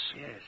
Yes